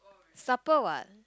supper what